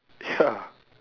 ya